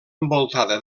envoltada